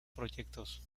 proyectos